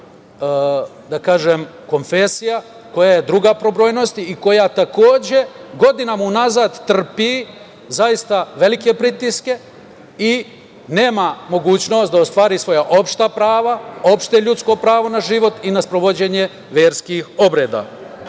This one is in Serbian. da kažem, konfesija, koja je druga po brojnosti i koja takođe godinama unazad trpi zaista velike pritiske i nema mogućnost da ostvari svoja opšta prava, opšte ljudsko pravo na život i na sprovođenje verskih